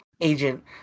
agent